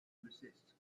resist